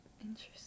Interesting